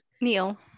Neil